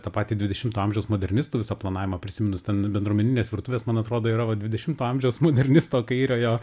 tą patį dvidešimto amžiaus modernistų visą planavimą prisiminus ten bendruomeninės virtuvės man atrodo yra va dvidešimto amžiaus modernisto kairiojo